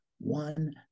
one